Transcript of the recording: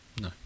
No